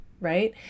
right